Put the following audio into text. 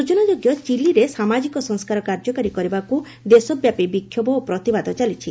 ସ୍ବଚନାଯୋଗ୍ୟ ଚିଲିରେ ସାମାଜିକ ସଂସ୍କାର କାର୍ଯ୍ୟକାରୀ କରିବାକୁ ଦେଶବ୍ୟାପୀ ବିକ୍ଷୋଭ ଓ ପ୍ରତିବାଦ ଚାଲିଛି